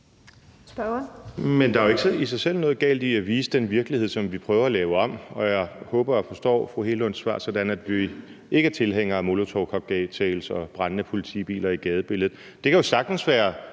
Men der er jo ikke i sig selv noget galt i at vise den virkelighed, som vi prøver at lave om. Og jeg håber og forstår fru Anne Hegelunds svar sådan, at man ikke er tilhænger af molotovcocktails og brændende politibiler i gadebilledet.